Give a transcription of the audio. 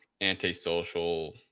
antisocial